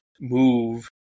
move